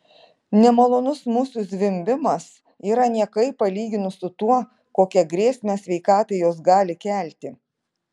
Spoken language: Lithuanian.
nemalonus musių zvimbimas yra niekai palyginus su tuo kokią grėsmę sveikatai jos gali kelti